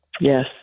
Yes